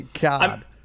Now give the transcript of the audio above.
God